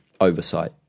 oversight